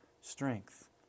strength